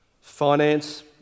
finance